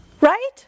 right